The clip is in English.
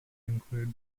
include